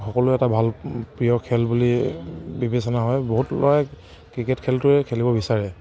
সকলোৱে এটা ভাল প্ৰিয় খেল বুলি বিবেচনা হয় বহুত ল'ৰাই ক্ৰিকেট খেলটোৱে খেলিব বিচাৰে